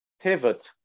pivot